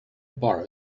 borrow